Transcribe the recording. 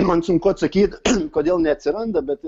man sunku atsakyt kodėl neatsiranda bet